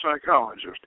psychologist